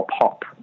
pop